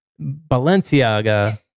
Balenciaga